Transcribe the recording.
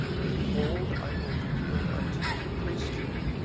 behold, i will reveal unto you the priesthood,